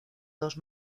dos